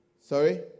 sorry